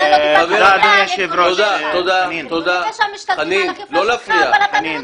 ארגוני הפשע משתלטים על החברה אבל אתה מרוצה.